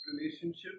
relationship